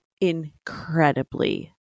incredibly